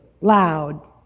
loud